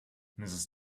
mrs